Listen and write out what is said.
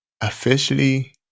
officially